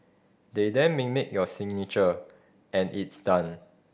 they then mimic your signature and it's done